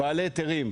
בעלי היתרים,